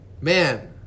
man